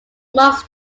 marks